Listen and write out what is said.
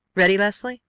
ready, leslie?